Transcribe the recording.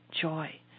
joy